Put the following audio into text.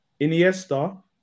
Iniesta